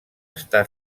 està